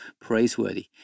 praiseworthy